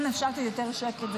אם אפשר פה יותר שקט.